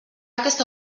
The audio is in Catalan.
aquesta